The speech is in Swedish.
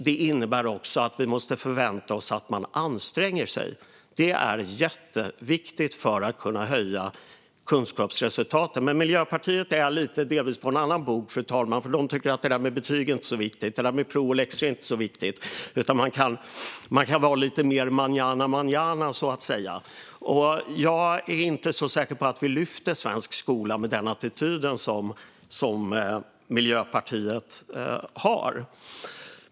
Det innebär också att vi måste förvänta oss att man anstränger sig. Det är jätteviktigt för att kunna höja kunskapsresultaten. Men Miljöpartiet är delvis på en annan bog, fru talman, för de tycker att det där med betyg inte är så viktigt och att det där med prov och läxor inte är så viktigt utan att man kan vara lite mer mañana, mañana, så att säga. Jag är inte så säker på att vi lyfter svensk skola med den attityd som Miljöpartiet har.